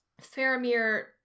Faramir